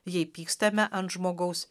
jei pykstame ant žmogaus